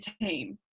team